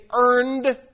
earned